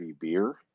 beer